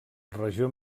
regió